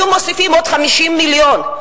היו מוסיפים עוד 50 מיליון.